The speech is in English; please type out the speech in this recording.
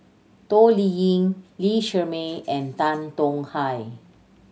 Toh Liying Lee Shermay and Tan Tong Hye